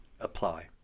apply